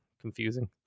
confusing